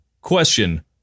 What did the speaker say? Question